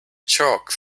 chalk